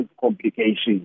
complications